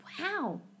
Wow